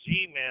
Gmail